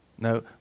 no